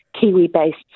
Kiwi-based